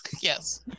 Yes